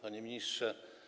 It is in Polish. Panie Ministrze!